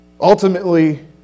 Ultimately